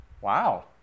wow